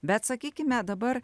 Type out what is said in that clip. bet sakykime dabar